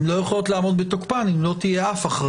הן לא יכולות לעמוד בתוקפן אם לא תהיה אף הכרזה,